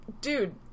dude